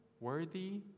worthy